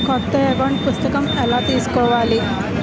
కొత్త అకౌంట్ పుస్తకము ఎలా తీసుకోవాలి?